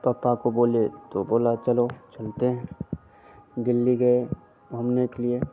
पपा को बोले तो बोले चलो चलते हैं दिल्ली गए घूमने के लिए